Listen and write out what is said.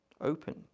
open